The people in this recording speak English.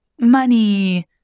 money